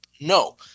no